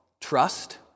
trust